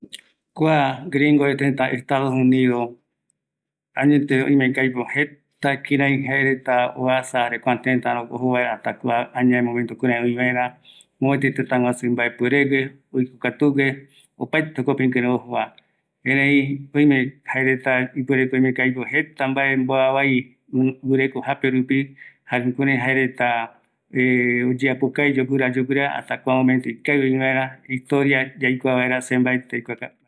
﻿Kua gringoreta jeta, Estados Unidos, añete oime ko aipo jeta kiri jaereta uasa, jare kirei kua teta ojo vaera hasta kua añae momento kurai oivaera, mopeti tetaguasu imbaepoeregue, oikokatu gue opaete jokope ikirei ojova, erei oime jaereta ipueretako aipo jeta mbae mbuavai gureko japerupi jae jukurei jaereta oyapokavi yogura yogura hasta kua momento ikavi oi vaera, historia yaikua vaera se mabeti aikua.